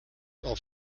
auf